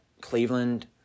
Cleveland